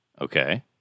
Okay